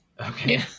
okay